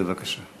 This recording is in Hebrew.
בבקשה.